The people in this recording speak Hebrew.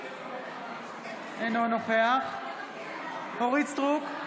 אינו נוכח אורית מלכה סטרוק,